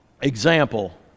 Example